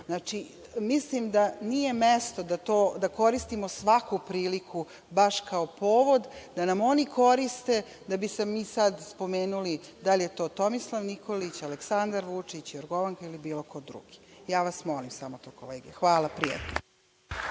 profesor. Mislim da nije mesto da koristimo svaku priliku baš kao povod da nam oni koriste da bi mi sad spomenuli da li je to Tomislav Nikolić, Aleksandar Vučić, Jorgovanka ili bilo ko drugi, ja vas molim to, kolege. Hvala.